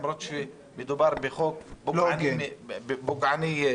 למרות שמדובר בחוק לא הוגן ופוגעני,